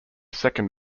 second